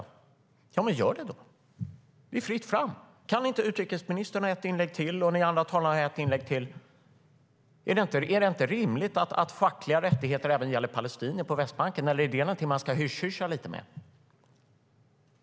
Ja, men gör det då - det är fritt fram! Utrikesministern har ett inlägg till, och de andra talarna har ett inlägg till. Är det inte rimligt att fackliga rättigheter gäller även palestinier på Västbanken, eller är det något som man ska hysch-hyscha lite med?